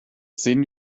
sehen